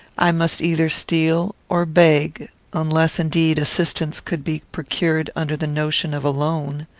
i must either steal or beg unless, indeed, assistance could be procured under the notion of a loan.